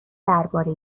درباره